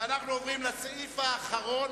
לסעיף האחרון.